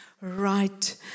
right